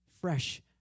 fresh